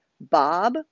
Bob